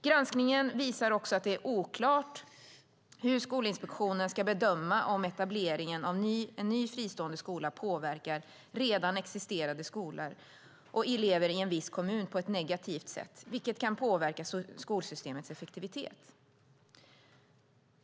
Granskningen visar också att det är oklart hur Skolinspektionen ska bedöma om etableringen av en ny fristående skola påverkar redan existerande skolor och elever i en viss kommun på ett negativt sätt, vilket kan påverka skolsystemets effektivitet.